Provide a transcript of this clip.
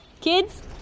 kids